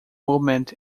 movement